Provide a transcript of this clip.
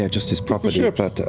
and just his property. but